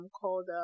called